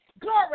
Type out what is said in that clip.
Glory